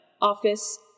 office